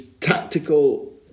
tactical